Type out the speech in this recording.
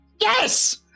Yes